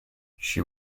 she